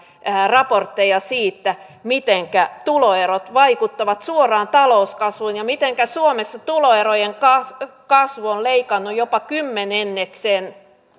raportteja siitä mitenkä tuloerot vaikuttavat suoraan talouskasvuun ja mitenkä suomessa tuloerojen kasvu on leikannut jopa kymmenenneksen